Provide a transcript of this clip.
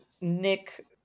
Nick